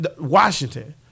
Washington